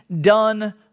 done